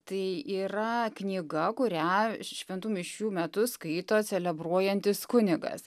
tai yra knyga kurią šventų mišių metu skaito celebruojantis kunigas